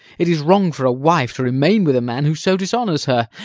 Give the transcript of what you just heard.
it is wrong for a wife to remain with a man who so dishonours her.